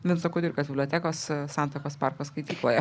vinco kudirkos bibliotekos santakos parko skaitykloje